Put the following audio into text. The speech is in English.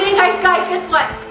guys, guys, guess what.